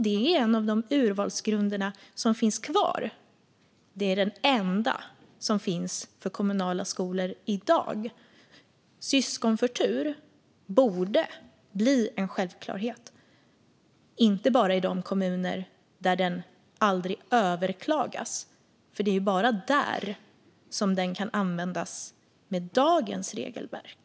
Det är också en av de urvalsgrunder som finns kvar. Det är den enda som finns för kommunala skolor i dag. Syskonförtur borde bli en självklarhet, inte bara i de kommuner där den aldrig överklagas. Det är bara där den kan användas med dagens regelverk.